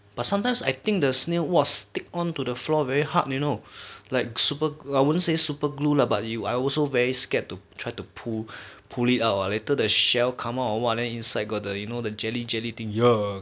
but sometimes I think the snail !wah! stick onto the floor very hard you know like super glu~ I wouldn't say super glue lah but you I also very scared to try to pull pull it out lah later there shell come out or what inside got the you know the jelly jelly thing ya